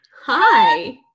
Hi